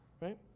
right